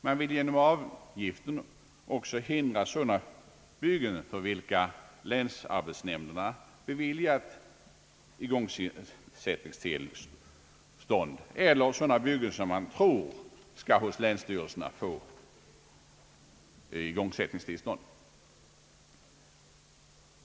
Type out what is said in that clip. Man vill genom avgiften också hindra sådana byggen för vilka länsarbetsnämnderna beviljat igångsättningstillstånd eller sådana byggen som man tror hos länsstyrelserna skall få igångsättningstillstånd.